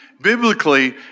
Biblically